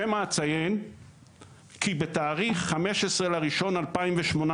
שמא אציין כי בתאריך ה-15 בינואר 2018